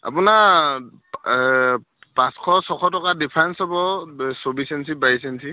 আপোনাৰ পাঁচশ ছয়শ টকাৰ ডিফাৰেঞ্চ হ'ব চৌব্বিছ ইঞ্চি বাইছ ইঞ্চি